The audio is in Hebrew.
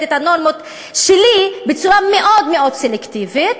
את הנורמות שלי בצורה מאוד מאוד סלקטיבית,